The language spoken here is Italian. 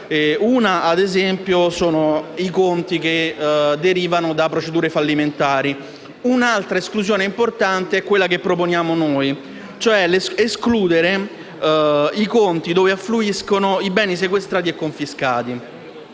una - ad esempio - riguarda i conti che derivano da procedure fallimentari; un'altra esclusione importante è quella che proponiamo noi, e cioè escludere i conti dove affluiscono i beni sequestrati e confiscati.